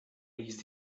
ließ